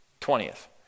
Twentieth